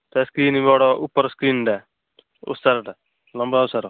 ତାର ସ୍କ୍ରିନ୍ ବଡ଼ ଉପର ସ୍କ୍ରିନ୍ ଟା ଓସାରଟା ଲମ୍ବା ଓସାର